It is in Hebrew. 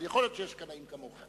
אבל יכול להיות שיש קנאים כמוך.